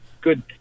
good